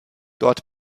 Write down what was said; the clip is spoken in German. dort